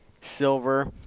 silver